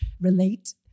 relate